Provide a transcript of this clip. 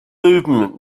movement